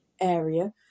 area